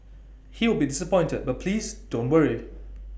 he will be disappointed but please don't worry